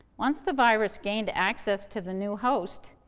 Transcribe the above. once the virus gained access to the new host,